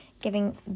giving